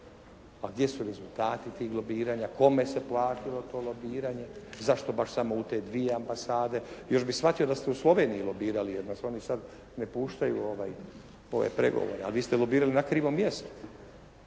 A gdje su rezultati tih lobiranja, kome se platilo to lobiranje, zašto baš samo u te dvije ambasade? Još bih shvatio da ste u Sloveniji lobirali, jer nas oni sad ne puštaju u ove pregovore, ali vi ste lobirali na krivom mjestu,